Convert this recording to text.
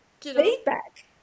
feedback